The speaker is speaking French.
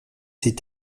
s’est